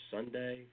Sunday